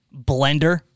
blender